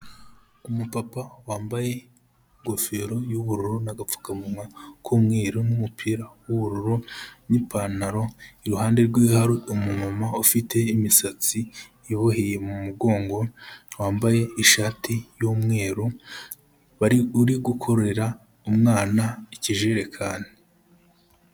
Umupapa wambaye ingofero y'ubururu n'agapfukamunwa k'umweru, n'umupira w'ubururu n'ipantaro, iruhande rwe hari umumama ufite imisatsi iboheye mu mugongo, wambaye ishati y'umweru bari uri gukorera umwana ikijerekani.